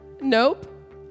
nope